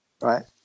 Right